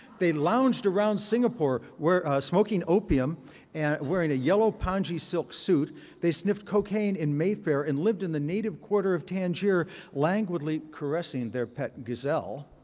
they lounged around singapore where smoking opium and wearing a yellow pongee silk suit. they sniffed cocaine in mayfair and lived in the native quarter of tangier languidly caressing their pet gazelle.